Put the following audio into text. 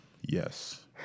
Yes